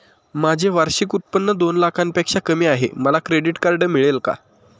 माझे वार्षिक उत्त्पन्न दोन लाखांपेक्षा कमी आहे, मला क्रेडिट कार्ड मिळेल का?